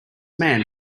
man